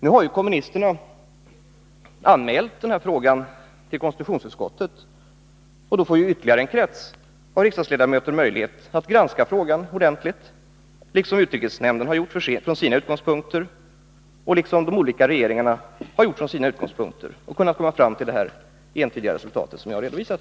Nu har kommunisterna anmält denna fråga till konstitutionsutskottet, och då får ytterligare en krets av riksdagsledamöter möjligheter att granska frågan ordentligt, liksom utrikesnämnden och de olika regeringarna gjort från sina utgångspunkter, varvid man kommit fram till det entydiga resultat som jag här redovisat.